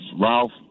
Ralph